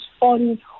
on